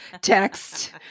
text